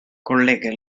collega